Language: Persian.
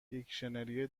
دیکشنری